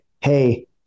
hey